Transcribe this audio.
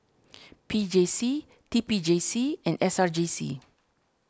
P J C T P J C and S R J C